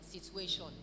situation